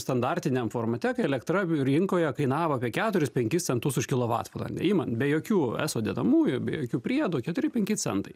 standartiniam formatekai elektra rinkoje kainavo apie keturis penkis centus už kilovatvalandę imant be jokių eso dedamųjų be jokių priedų keturi penki centai